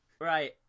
right